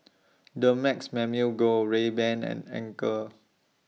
Dumex Mamil Gold Rayban and Anchor